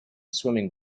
swimming